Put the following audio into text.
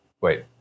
wait